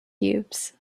cubes